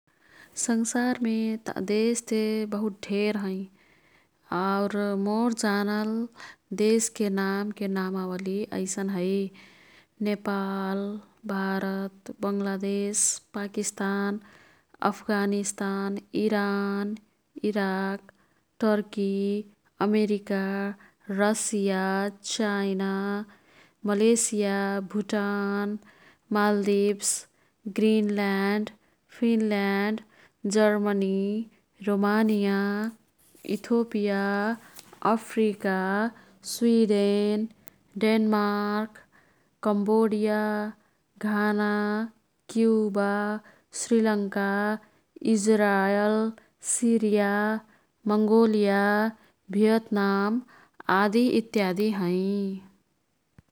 संसारमे देशते बहुत ढेर हैं। आउर मोर जानल देशके नामके नामावलीय ऐसन है Nepal, Bharat, Bangladesh, Pakistan, Afghanistan, Iran, Iraq, Turkey, America, Russia, China, Malaysia, Bhutan, Maldives, Greenland, Finland, Germany, Romania, Ethiopia, Africa, Sweden, Denmark, Cambodia, Ghana, Cuba, Sri Lanka, Israel, Syria, Mongolia, Vietnam, आदि इत्यादि हैं।